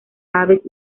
aves